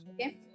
okay